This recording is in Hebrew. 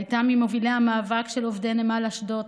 היא הייתה ממובילי המאבק של עובדי נמל אשדוד,